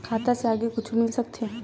खाता से आगे कुछु मिल सकथे?